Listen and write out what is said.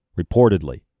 reportedly